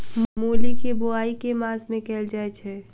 मूली केँ बोआई केँ मास मे कैल जाएँ छैय?